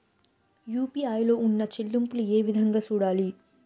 UPI లో ఉన్న చెల్లింపులు ఏ విధంగా సూడాలి